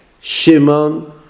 Shimon